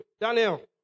Daniel